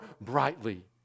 brightly